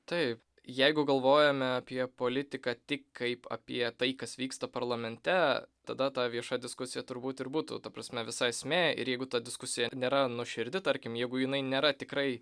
taip jeigu galvojame apie politiką tik kaip apie tai kas vyksta parlamente tada ta vieša diskusija turbūt ir būtų ta prasme visa esmė ir jeigu ta diskusija nėra nuoširdi tarkim jeigu jinai nėra tikrai